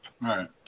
right